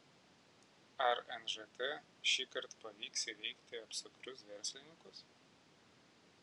ar nžt šįkart pavyks įveikti apsukrius verslininkus